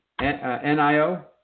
NIO